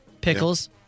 Pickles